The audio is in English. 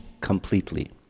completely